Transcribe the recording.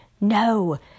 no